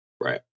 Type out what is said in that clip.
right